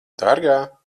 dārgā